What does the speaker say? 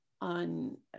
on